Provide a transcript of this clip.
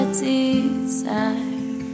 desire